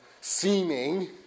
seeming